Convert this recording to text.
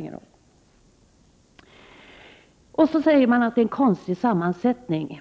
Vidare sägs det att nämnden har en konstig sammansättning.